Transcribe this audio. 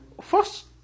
First